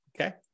okay